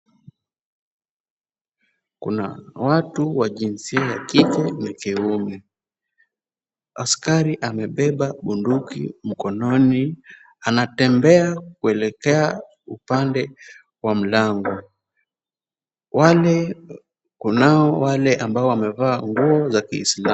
Kuna watu wa jinsia ya kike na kiume, askari amebeba bunduki mkononi anatembea kuelekea upande wa mlango, kunao wale ambao wamevaa nguo za kiislamu.